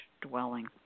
dwelling